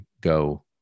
go